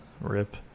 Rip